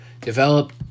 develop